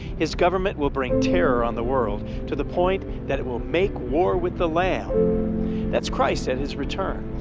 his government will bring terror on the world to the point that it will make war with the lamb that's christ at his return.